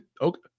okay